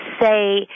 say